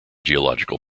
geological